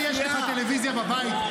לך יש טלוויזיה בבית?